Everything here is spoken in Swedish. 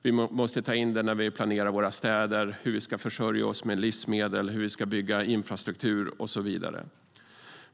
Vi måste ta med den när vi planerar våra städer, hur vi ska försörja oss med livsmedel, hur vi ska bygga infrastruktur och så vidare.